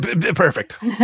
Perfect